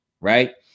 Right